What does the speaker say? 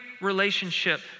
relationship